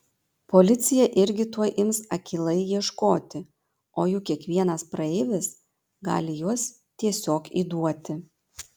policija irgi tuoj ims akylai ieškoti o juk kiekvienas praeivis gali juos tiesiog įduoti